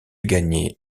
gagner